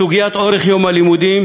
סוגיית אורך יום הלימודים,